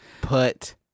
put